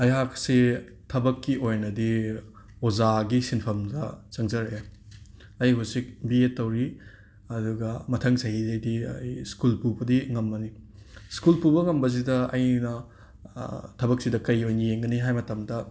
ꯑꯩꯍꯥꯛꯁꯤ ꯊꯕꯛꯀꯤ ꯑꯣꯏꯅꯗꯤ ꯑꯣꯖꯥꯒꯤ ꯁꯤꯟꯐꯝꯗ ꯆꯪꯖꯔꯛꯑꯦ ꯑꯩ ꯍꯧꯖꯤꯛ ꯕꯤ ꯑꯦ ꯇꯧꯔꯤ ꯑꯗꯨꯒ ꯃꯊꯪ ꯆꯥꯍꯤꯗꯩꯗꯤ ꯑꯩ ꯁ꯭ꯀꯨꯜ ꯄꯨꯕꯗꯤ ꯉꯝꯃꯅꯤ ꯁ꯭ꯀꯨꯜ ꯄꯨꯕ ꯉꯝꯕꯁꯤꯗ ꯑꯩꯅ ꯊꯕꯛ ꯁꯤꯗ ꯀꯩ ꯑꯣꯏꯅ ꯌꯦꯡꯉꯤ ꯍꯥꯏꯕ ꯃꯇꯝꯗ